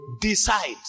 Decide